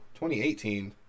2018